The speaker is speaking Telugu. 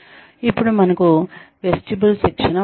ఇప్పుడు మనకు వెస్టిబ్యూల్ శిక్షణ ఉంటుంది